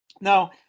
Now